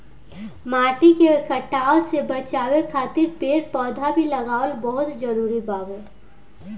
माटी के कटाव से बाचावे खातिर पेड़ पौधा भी लगावल बहुत जरुरी बावे